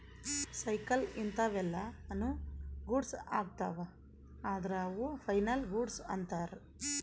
cycle ಇಂತವೆಲ್ಲ ನು goods ಅಗ್ತವ ಅದ್ರ ಅವು ಫೈನಲ್ ಗೂಡ್ಸ್ ಅಂತರ್